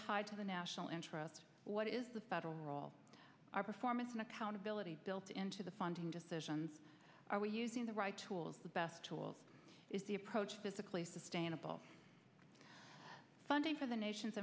tied to the national interest what is the federal role our performance and accountability built into the funding decisions are we using the right tools the best tools is the approach physically sustainable funding for the nation's